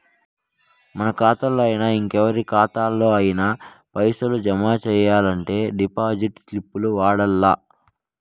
మన కాతాల్లోనయినా, ఇంకెవరి కాతాల్లోనయినా పైసలు జమ సెయ్యాలంటే డిపాజిట్ స్లిప్పుల్ని వాడల్ల